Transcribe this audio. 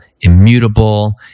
immutable